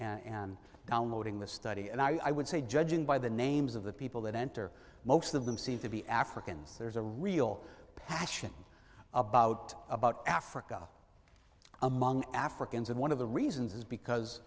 downloading the study and i would say judging by the names of the people that enter most of them seem to be africans there's a real passion about about africa among africans and one of the reasons is because